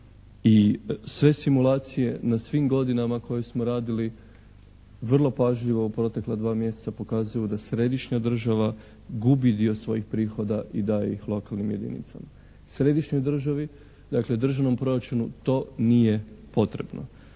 i sve simulacije na svim godinama koje smo radili vrlo pažljivo u protekla dva mjeseca pokazuju da središnja država gubi dio svojih prihoda i daje ih lokalnim jedinicama. Središnjoj državi, dakle državnom proračunu to nije potrebno.